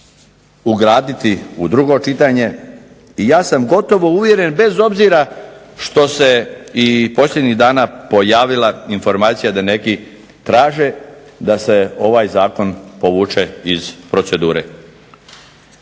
ugraditi u drugo čitanje. I ja sam gotovo uvjeren bez obzira što se i posljednjih dana pojavila informacija da neki traže da se ovaj zakon povuče iz procedure.